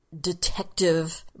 detective